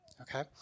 Okay